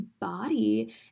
body